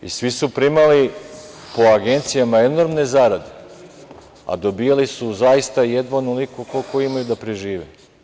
Svi su primali po agencijama enormne zarade, a dobijali su zaista jedva onoliko koliko imaju da prežive.